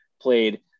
played